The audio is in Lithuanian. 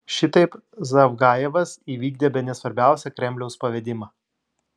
šitaip zavgajevas įvykdė bene svarbiausią kremliaus pavedimą